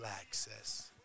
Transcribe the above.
access